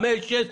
חמש או שש,